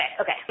okay